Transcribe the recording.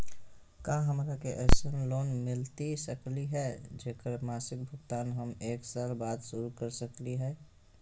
का हमरा के ऐसन लोन मिलता सकली है, जेकर मासिक भुगतान हम एक साल बाद शुरू कर सकली हई?